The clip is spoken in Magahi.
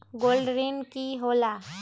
गोल्ड ऋण की होला?